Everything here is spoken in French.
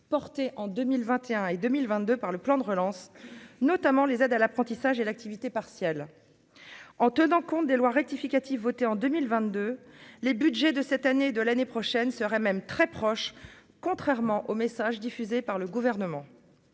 porté en 2021 et 2022 par le plan de relance notamment les aides à l'apprentissage et l'activité partielle, en tenant compte des loi rectificative votée en 2022, les Budgets de cette année de l'année prochaine serait même très proche, contrairement aux messages diffusés par le gouvernement